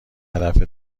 هدف